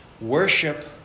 Worship